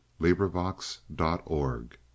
LibriVox.org